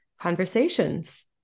conversations